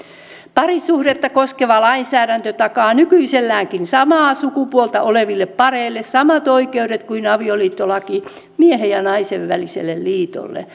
parisuhdetta koskeva lainsäädäntö takaa nykyiselläänkin samaa sukupuolta oleville pareille samat oikeudet kuin avioliittolaki miehen ja naisen väliselle liitolle